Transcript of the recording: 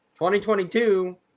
2022